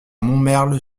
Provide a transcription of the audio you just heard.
montmerle